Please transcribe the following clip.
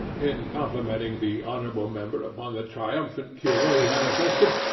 in complimenting the honourable member upon the triumphant cure he had effected,